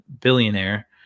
billionaire